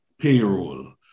payroll